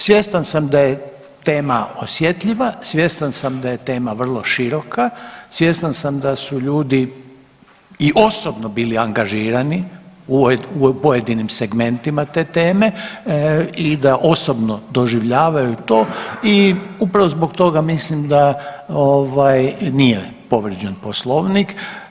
Svjestan sam da je tema osjetljiva, svjestan sam da je tema vrlo široka, svjestan sam da su ljudi i osobno bili angažirani u pojedinim segmentima te teme i da osobno doživljavaju to i upravo zbog toga mislim da nije povrijeđen poslovnik.